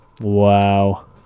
Wow